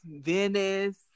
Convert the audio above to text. Venice